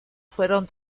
fueron